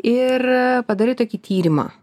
ir padarai tokį tyrimą